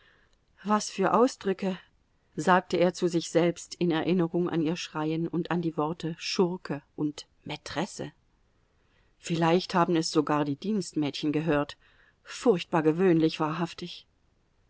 was für ausdrücke sagte er zu sich selbst in erinnerung an ihr schreien und an die worte schurke und mätresse vielleicht haben es sogar die dienstmädchen gehört furchtbar gewöhnlich wahrhaftig